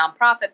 nonprofit